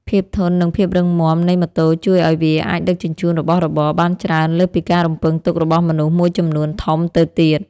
ភាពធន់និងភាពរឹងមាំនៃម៉ូតូជួយឱ្យវាអាចដឹកជញ្ជូនរបស់របរបានច្រើនលើសពីការរំពឹងទុករបស់មនុស្សមួយចំនួនធំទៅទៀត។